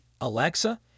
Alexa